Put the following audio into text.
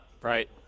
Right